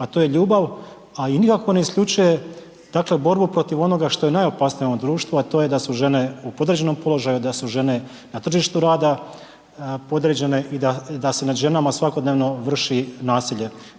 a to je ljubav a i nikako ne isključuje dakle borbu protiv onoga što je najopasnije u ovom društvu a to je da su žene u podređenom položaju, da su žene na tržištu rada podređene i da nad ženama svakodnevno vrši nasilje